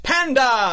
Panda